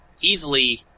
easily